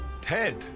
Ted